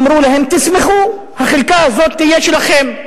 אמרו להם: תשמחו, החלקה הזאת תהיה שלכם.